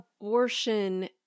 abortion